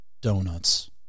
donuts